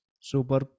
super